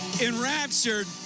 enraptured